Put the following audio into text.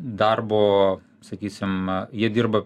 darbo sakysim jie dirba